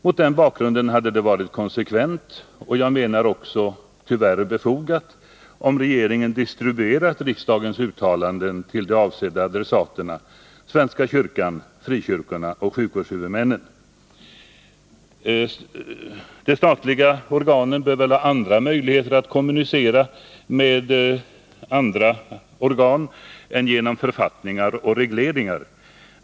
Mot denna bakgrund hade det varit konsekvent, och jag menar också tyvärr befogat, om regeringen hade distribuerat riksdagens uttalanden till de avsedda adressaterna svenska kyrkan, frikyrkorna och sjukvårdshuvudmännen. De statliga organen bör väl ha andra möjligheter att kommunicera med andra organ än genom författningar och regleringar.